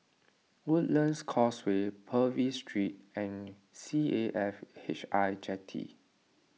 Woodlands Causeway Purvis Street and C A F H I Jetty